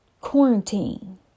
quarantine